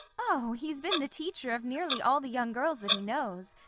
oh! he's been the teacher of nearly all the young girls that he knows.